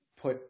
put